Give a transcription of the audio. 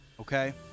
okay